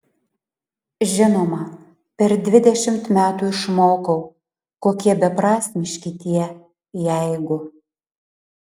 žinoma per dvidešimt metų išmokau kokie beprasmiški tie jeigu